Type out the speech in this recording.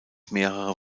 mehrere